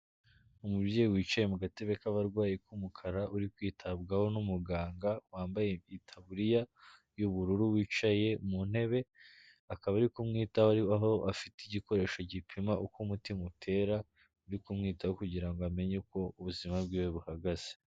Umubyeyi wicaye mu gatebe k'abarwayi k'umukara, uri kwitabwaho n'umuganga wambaye itaburiya y'ubururu, wicaye mu ntebe, akaba ari kumwitaho aho afite igikoresho gipima uko umutima utera, uri kumwitaho kugira ngo amenye uko ubuzima bwe buhagaze.